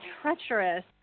treacherous